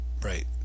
Right